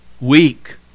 weak